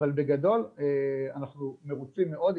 אבל בגדול, אנחנו מרוצים מאוד.